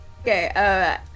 Okay